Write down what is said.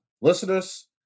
listeners